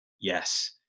yes